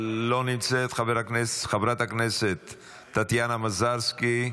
לא נמצאת, חברת הכנסת טטיאנה מזרסקי.